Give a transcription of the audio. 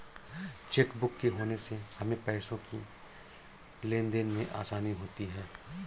chequebook के होने से हमें पैसों की लेनदेन में आसानी होती हैँ